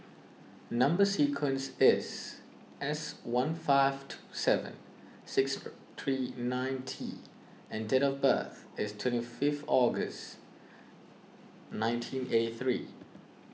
Number Sequence is S one five two seven six three nine T and date of birth is twenty fifth August nineteen eighty three